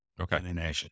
okay